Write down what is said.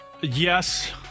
yes